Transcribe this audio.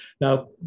Now